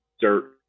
dirt